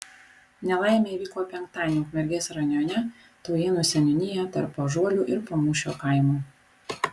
nelaimė įvyko penktadienį ukmergės rajone taujėnų seniūnijoje tarp paąžuolių ir pamūšio kaimų